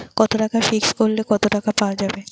কত টাকা ফিক্সড করিলে কত টাকা পাওয়া যাবে?